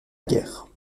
guerre